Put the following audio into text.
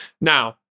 now